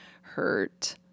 hurt